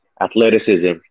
athleticism